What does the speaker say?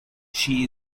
she